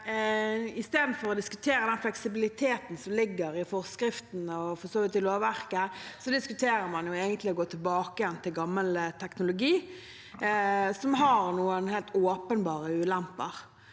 istedenfor å diskutere den fleksibiliteten som ligger i forskriften og for så vidt lovverket, egentlig diskuterer å gå tilbake igjen til gammel teknologi, som har noen helt åpenbare ulemper.